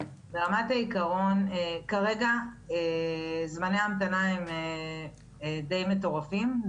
ברמת העקרון כרגע זמני ההמתנה הם די מטורפים,